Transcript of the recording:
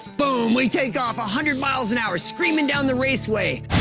boom, we take off! a hundred miles an hour, screaming down the raceway.